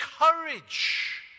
courage